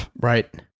Right